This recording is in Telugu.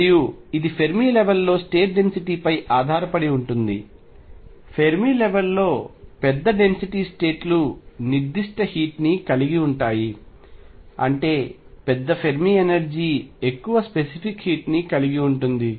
మరియు ఇది ఫెర్మి లెవెల్ లో స్టేట్ డెన్సిటీ పై ఆధారపడి ఉంటుంది ఫెర్మి లెవెల్ లో పెద్ద డెన్సిటీ స్టేట్ లు నిర్దిష్ట హీట్ ని కలిగి ఉంటాయి అంటే పెద్ద ఫెర్మి ఎనర్జీ ఎక్కువ స్పెసిఫిక్ హీట్ ని కలిగి ఉంటుంది